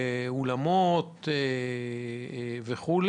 אולמות וכו'?